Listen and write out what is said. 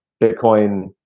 bitcoin